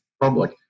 public